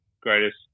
greatest